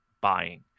buying